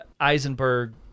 eisenberg